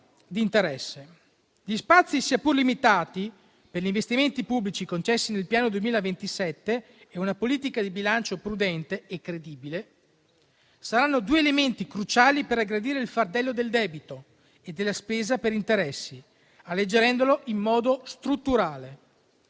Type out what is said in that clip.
d'interesse. Gli spazi, sia pur limitati, per gli investimenti pubblici concessi nel piano 2027 e una politica di bilancio prudente e credibile saranno due elementi cruciali per aggredire il fardello del debito e della spesa per interessi, alleggerendolo in modo strutturale.